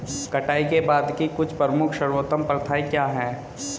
कटाई के बाद की कुछ प्रमुख सर्वोत्तम प्रथाएं क्या हैं?